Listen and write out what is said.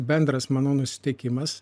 bendras manau nusiteikimas